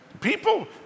People